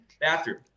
bathroom